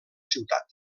ciutat